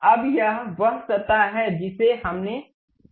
अब यह वह सतह है जिसे हमने चुना है